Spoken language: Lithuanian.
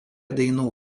dainų